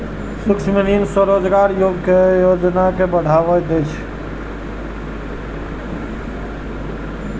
सूक्ष्म ऋण स्वरोजगार कें बढ़ावा दै छै